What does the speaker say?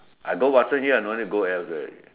I go Watsons here I don't need go elsewhere already